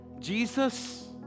Jesus